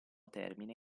termine